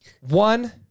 One